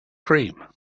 cream